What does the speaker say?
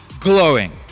glowing